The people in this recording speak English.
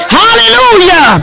hallelujah